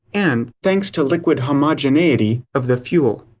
and thanks to liquid homogeneity of the fuel.